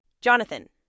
Jonathan